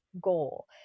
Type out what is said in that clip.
goal